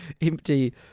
empty